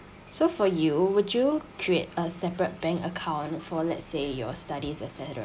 so for you would you create a separate bank account for let's say your studies et cetera